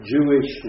Jewish